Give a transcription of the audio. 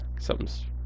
something's